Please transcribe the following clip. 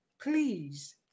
please